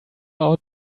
out